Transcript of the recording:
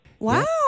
Wow